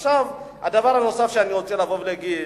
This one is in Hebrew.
עכשיו, הדבר הנוסף שאני רוצה לבוא ולהגיד,